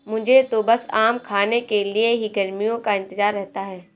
मुझे तो बस आम खाने के लिए ही गर्मियों का इंतजार रहता है